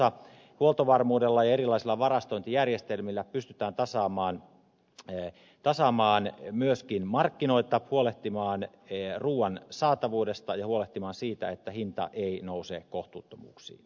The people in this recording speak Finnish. huoltovarmuudella ja erilaisilla varastointijärjestelmillä pystytään tasaamaan myöskin markkinoita huolehtimaan ruuan saatavuudesta ja huolehtimaan siitä että hinta ei nouse kohtuuttomuuksiin